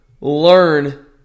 learn